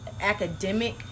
academic